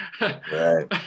right